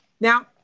Now